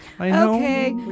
Okay